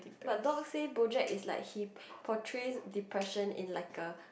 but Dorcas say BoJack is like he portrays depression in like a